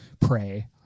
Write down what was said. pray